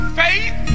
faith